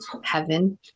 heaven